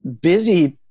busy